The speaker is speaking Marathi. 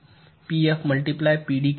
पीएफ मल्टिप्लाय पीडी केला 0